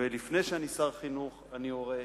ולפני שאני שר החינוך אני הורה,